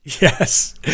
Yes